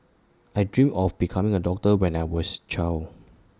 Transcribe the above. I dreamt of becoming A doctor when I was child